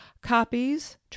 copies